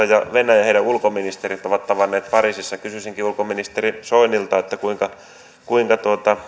ja venäjän ulkoministerit ovat tavanneet pariisissa kysyisinkin ulkoministeri soinilta kuinka kuinka